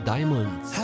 Diamonds